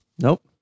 Nope